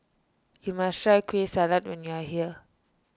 you must try Kueh Salat when you are here